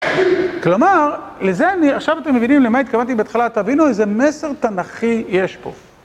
כלומר, לזה עכשיו אתם מבינים למה התכוונתי בהתחלה, תבינו איזה מסר תנ"כי יש פה.